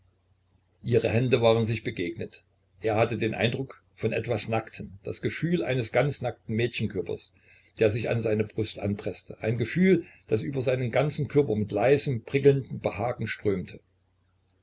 ihre hände waren sich begegnet er hatte den eindruck von etwas nacktem das gefühl eines ganz nackten mädchenkörpers der sich an seine brust anpreßte ein gefühl das über seinen ganzen körper mit leisem prickelndem behagen strömte